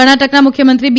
કર્ણાટકના મુખ્યમંત્રી બી